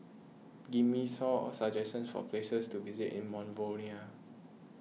give me some suggestions for places to visit in Monrovia